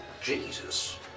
Jesus